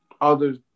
others